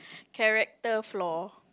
character flaw